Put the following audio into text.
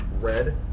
red